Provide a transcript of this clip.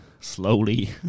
slowly